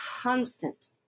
constant